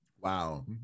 Wow